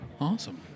Awesome